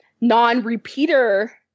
non-repeater